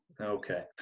Okay